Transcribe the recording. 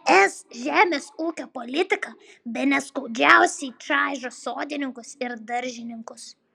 es žemės ūkio politika bene skaudžiausiai čaižo sodininkus ir daržininkus